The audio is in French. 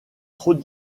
trop